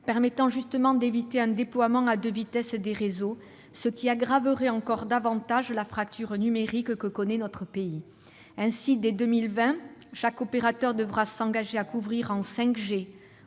permettant justement d'éviter un déploiement à deux vitesses des réseaux, ce qui aggraverait encore davantage la fracture numérique que connaît notre pays. Ainsi, dès 2020, chaque opérateur devra s'engager à couvrir en 5G